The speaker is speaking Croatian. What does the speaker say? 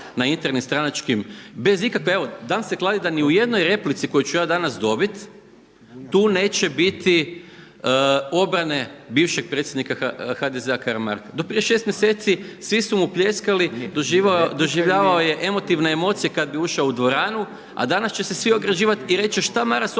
na internim stranačkim bez ikakve, evo dam se kladit da ni u jednoj replici koju ću ja danas dobiti tu neće biti obrane bivšeg predsjednika HDZ-a Karamarka. Do prije 6 mjeseci svi su mu pljeskali, doživljavao je emotivne emocije kad bi ušao u dvoranu a danas će se svi ograđivati i reći šta Maras